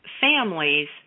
families